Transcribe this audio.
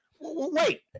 Wait